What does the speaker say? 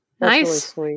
Nice